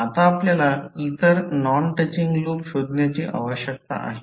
आता आपल्याला इतर नॉन टचिंग लूप शोधण्याची आवश्यकता आहे